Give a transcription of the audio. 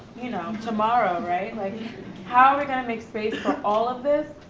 you know tomorrow, right? like how are we going to make space for all of this,